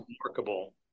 remarkable